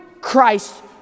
christ